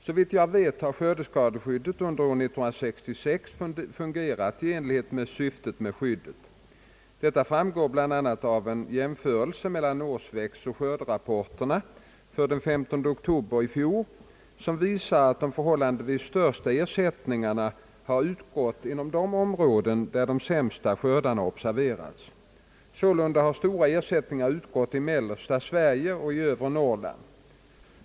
Såvitt jag vet har skördeskadeskyddet under år 1966 fungerat i enlighet med syftet med skyddet. Detta framgår bl.a. av en jämförelse med årsväxtoch skörderapporten för den 15 oktober i fjol som visar att de förhållandevis största ersättningarna har utgått inom de områden där de sämsta skördarna observerats. Sålunda har stora ersättningar utgått i mellersta Sverige och övre Norrland.